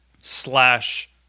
slash